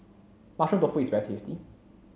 mushroom tofu is very tasty